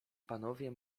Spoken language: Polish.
panowie